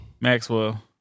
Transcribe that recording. Maxwell